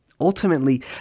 Ultimately